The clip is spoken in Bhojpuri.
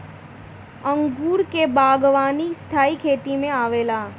अंगूर के बागवानी स्थाई खेती में आवेला